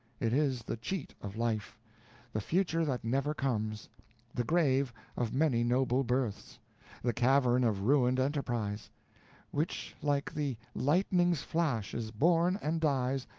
it is the cheat of life the future that never comes the grave of many noble births the cavern of ruined enterprise which like the lightning's flash is born, and dies,